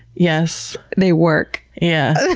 yes. they work! yeah